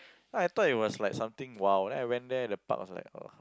ya I thought it was like something !wow! then I went there the park was like ugh